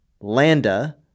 Landa